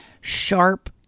sharp